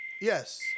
Yes